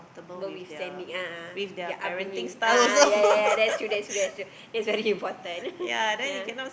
both is standing a'ah their upbringing ah ya ya ya that's true that's true that's true that's it's very important ya